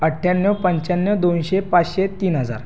अठ्ठ्यानव पंच्यानव दोनशे पाचशे तीन हजार